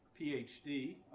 PhD